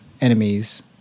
enemies